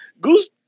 goose